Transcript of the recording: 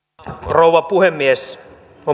rouva puhemies